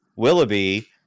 Willoughby